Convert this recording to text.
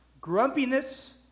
Grumpiness